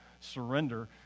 surrender